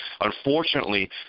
Unfortunately